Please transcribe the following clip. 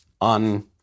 on